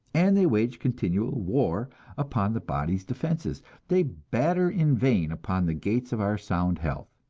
and they wage continual war upon the body's defenses they batter in vain upon the gates of our sound health.